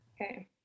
okay